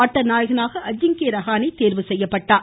ஆட்டநாயகனாக அஜிங்கே ரஹானே தேர்வு செய்யப்பட்டார்